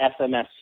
SMS